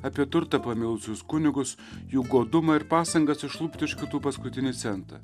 apie turtą pamilusius kunigus jų godumą ir pastangas išlupti iš kitų paskutinį centą